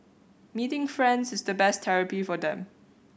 meeting friends is the best therapy for them